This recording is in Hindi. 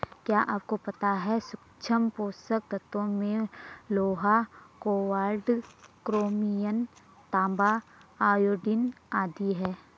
क्या आपको पता है सूक्ष्म पोषक तत्वों में लोहा, कोबाल्ट, क्रोमियम, तांबा, आयोडीन आदि है?